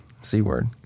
C-word